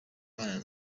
mwana